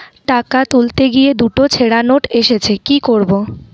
টাকা তুলতে গিয়ে দুটো ছেড়া নোট এসেছে কি করবো?